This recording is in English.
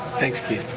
thanks, keith.